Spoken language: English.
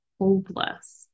hopeless